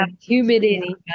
humidity